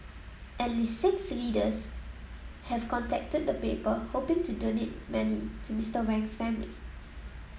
at least six readers have contacted the paper hoping to donate to Mister Wang's family